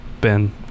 Ben